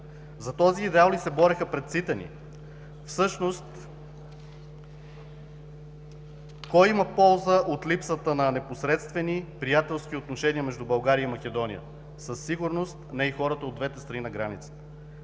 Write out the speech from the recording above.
За този идеал ли се бореха предците ни? Всъщност кой има полза от липсата на непосредствени приятелски отношения между България и Македония? Със сигурност не и хората от двете страни на границата.